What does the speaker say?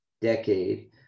decade